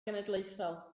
genedlaethol